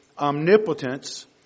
omnipotence